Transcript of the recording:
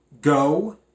go